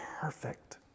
perfect